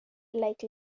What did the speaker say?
like